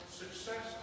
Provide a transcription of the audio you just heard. success